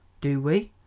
do we?